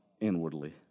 inwardly